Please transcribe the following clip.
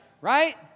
Right